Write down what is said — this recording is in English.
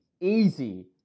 easy